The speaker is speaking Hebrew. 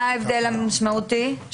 מה ההבדל המשמעותי?